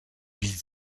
být